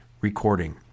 recording